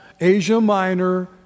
Asia-minor